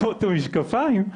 למרות המשקפיים,